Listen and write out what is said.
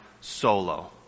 solo